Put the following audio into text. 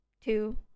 two